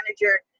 manager